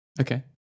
Okay